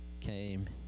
came